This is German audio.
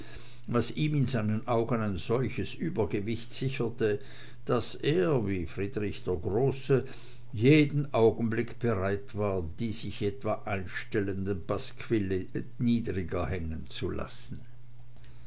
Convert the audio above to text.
was ihm in seinen augen ein solches übergewicht sicherte daß er wie friedrich der große jeden augenblick bereit war die sich etwa einstellenden pasquille niedriger hängen zu lassen